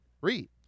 Read